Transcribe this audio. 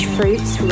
Fruits